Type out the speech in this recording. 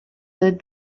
that